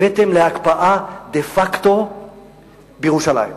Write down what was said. הבאתם להקפאה דה-פקטו בירושלים,